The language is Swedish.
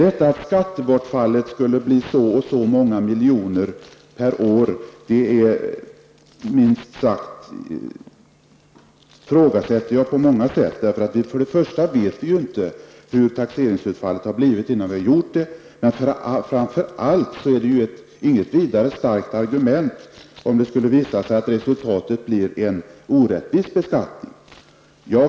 Att skattebortfallet skulle bli så eller så många miljoner per år med reservationernas förslag ifrågasätter jag på många sätt. För det första vet vi inte hur taxeringsutfallet blir innan taxeringen är genomförd, men framför allt är det inte något vidare starkt argument om resultatet visar att det skulle bli en orättvis beskattning.